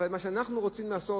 הרי במה שאנחנו רוצים לעשות,